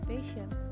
Patient